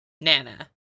Nana